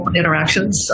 interactions